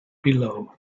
below